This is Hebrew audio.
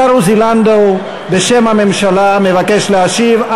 השר עוזי לנדאו, בשם הממשלה, מבקש להשיב.